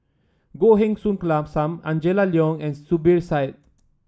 Goh Heng Soon Sam Angela Liong and Zubir Said